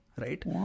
right